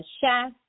chef